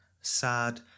sad